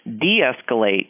de-escalate